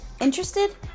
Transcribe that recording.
interested